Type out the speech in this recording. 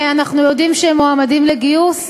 אנחנו יודעים שהם מועמדים לגיוס.